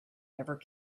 ever